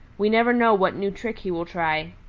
we never know what new trick he will try.